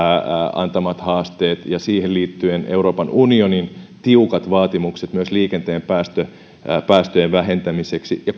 antamat haasteet ja siihen liittyen euroopan unionin tiukat vaatimukset myös liikenteen päästöjen vähentämiseksi ja